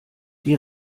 die